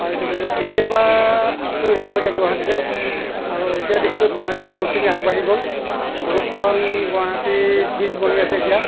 পাই তেতিয়াৰপৰা আছো এতিয়ালৈকে গুৱাহাটীতে আৰু এতিয়া দেখিছো গুৱাহাটী বহুতখিনি আগবাঢ়ি গ'ল বহুতকেইখন গুৱাহাটীত ব্ৰীজ বনি আছে এতিয়া